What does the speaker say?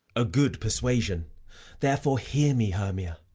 a good persuasion therefore, hear me, hermia.